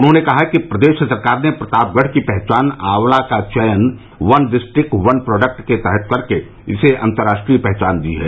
उन्होंने कहा कि प्रदेश सरकार ने प्रतापगढ़ की पहचान आंवला का चयन वन डिस्ट्रिक्ट वन प्रोडक्ट के तहत कर के इसे अन्तर्राष्ट्रीय पहचान दी है